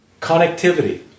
Connectivity